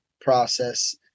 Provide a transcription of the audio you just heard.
process